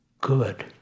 good